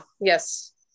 yes